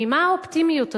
ממה האופטימיות הזאת?